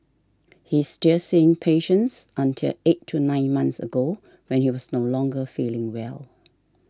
he still seeing patients until eight to nine months ago when he was no longer feeling well